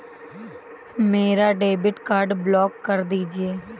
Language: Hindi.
मेरा डेबिट कार्ड ब्लॉक कर दीजिए